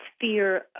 fear